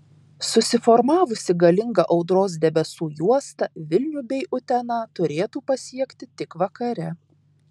susiformavusi galinga audros debesų juosta vilnių bei uteną turėtų pasiekti tik vakare